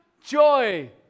joy